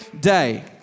day